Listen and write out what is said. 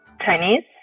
Chinese